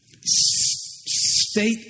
state